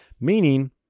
meaning